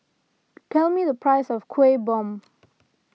tell me the price of Kuih Bom